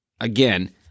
again